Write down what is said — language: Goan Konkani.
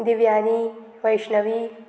दिव्यानी वैष्णवी